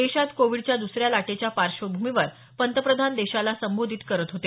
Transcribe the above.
देशात कोविडच्या दुसऱ्या लाटेच्या पार्श्वभूमीवर पंतप्रधान देशाला संबोधित करत होते